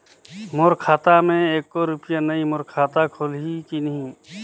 मोर खाता मे एको रुपिया नइ, मोर खाता खोलिहो की नहीं?